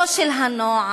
לא של הנוער,